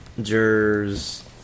Jerz